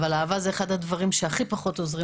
אבל אהבה זה אחד הדברים שהכי פחות עוזרים